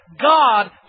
God